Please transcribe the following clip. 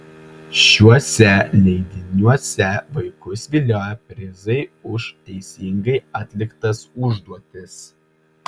šiuose leidiniuose vaikus vilioja prizai už teisingai atliktas užduotis